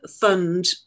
fund